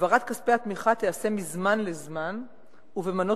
העברת כספי התמיכה תיעשה מזמן לזמן ובמנות